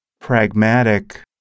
pragmatic